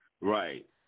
Right